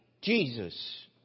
Jesus